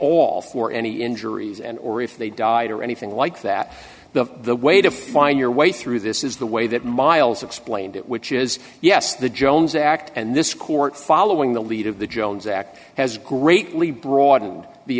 all for any injuries and or if they died or anything like that the the way to find your way through this is the way that miles explained it which is yes the jones act and this court following the lead of the jones act has greatly broadened the